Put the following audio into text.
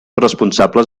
responsables